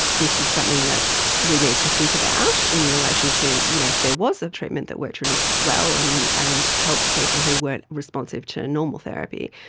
this is something that we need to think about in relation to, you know, if there was a treatment that worked really well and and helped people who weren't responsive to normal therapy,